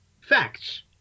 facts